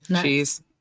cheese